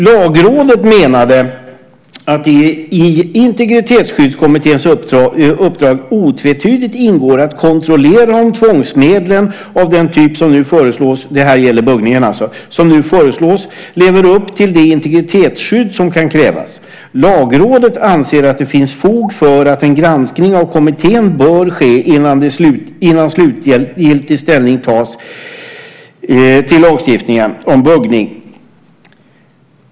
Lagrådet menade att det i Integritetsskyddskommitténs uppdrag otvetydigt ingår att kontrollera om tvångsmedlen av den typ som nu föreslås - det här gäller alltså buggningen - lever upp till det integritetsskydd som kan krävas. Lagrådet anser att det finns fog för att en granskning av kommittén bör ske innan slutgiltig ställning tas till lagstiftningen om buggning.